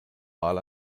mal